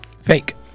Fake